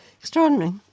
Extraordinary